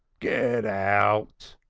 get out!